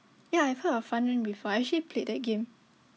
yeah I've heard of Fun Run before I actually played that game